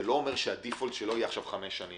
זה לא אומר שברירת המחדל שלו תהיה חמש שנים.